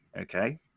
Okay